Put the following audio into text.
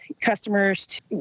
customers